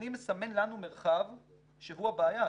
אני מסמן לנו מרחב שהוא הבעיה,